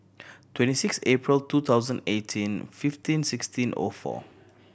twenty six April two thousand eighteen fifteen sixteen O four